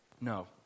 No